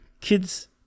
kids